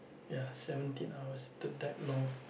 ya seventeen hours took that long